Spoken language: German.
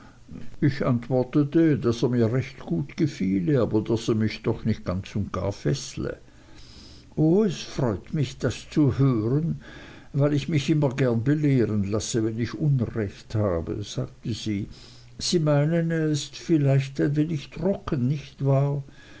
ich antwortete daß er mir recht gut gefiele aber daß er mich doch nicht ganz und gar feßle o es freut mich das zu hören weil ich mich immer gern belehren lasse wenn ich unrecht habe sagte sie sie meinen er ist vielleicht ein wenig trocken nicht wahr